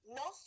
no